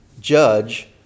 judge